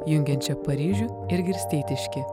jungiančią paryžių ir girsteitiškį